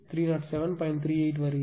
38 வருகிறது